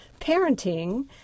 parenting